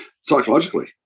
psychologically